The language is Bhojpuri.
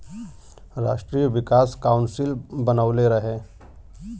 राष्ट्रीय विकास काउंसिल बनवले रहे